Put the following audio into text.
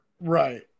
Right